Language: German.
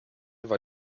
war